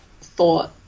thought